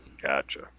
Gotcha